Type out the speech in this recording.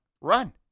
Run